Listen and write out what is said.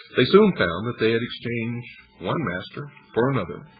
they soon found that they had exchanged one master for another,